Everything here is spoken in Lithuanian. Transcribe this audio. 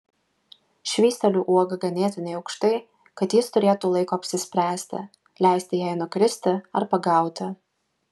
švysteliu uogą ganėtinai aukštai kad jis turėtų laiko apsispręsti leisti jai nukristi ar pagauti